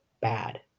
bad